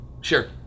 Sure